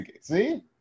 See